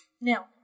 Now